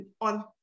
on